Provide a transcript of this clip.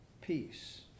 peace